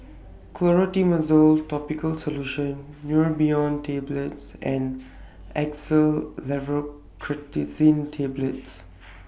Clotrimozole Topical Solution Neurobion Tablets and Xyzal Levocetirizine Tablets